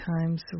times